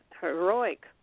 heroic